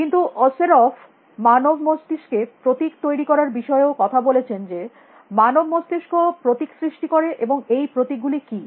কিন্তু ওসেরফ মানব মস্তিস্কে প্রতীক তৈরী করার বিষয়েও কথা বলেছেন যে মানব মস্তিস্ক প্রতীক সৃষ্টি করে এবং এই প্রতীক গুলি কী